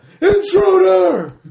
Intruder